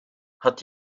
hat